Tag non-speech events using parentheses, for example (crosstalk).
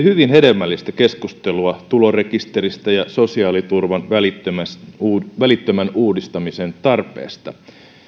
(unintelligible) hyvin hedelmällistä keskustelua tulorekisteristä ja sosiaaliturvan välittömän uudistamisen tarpeesta